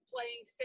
playing